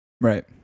Right